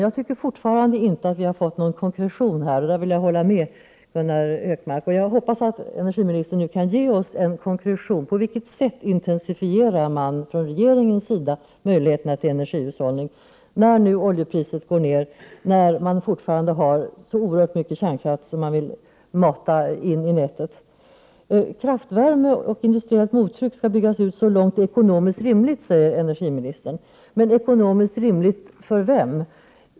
Jag tycker fortfarande inte att vi har fått någon konkretion, och i fråga om detta håller jag med Gunnar Hökmark. Jag hoppas att energiministern nu kan ge oss en konkretion. På vilket sätt intensifierar man från regeringens sida möjligheterna till energihushållning, när oljepriset nu går ner och när man fortfarande har så oerhört mycket kärnkraft som man vill mata in i nätet? Kraftvärme och industriellt mottryck skall byggas ut så långt det är ekonomiskt rimligt, säger energiministern — ekonomiskt rimligt för vem?